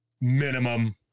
minimum